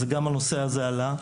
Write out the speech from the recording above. גם הנושא הזה עלה,